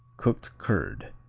cooked curd.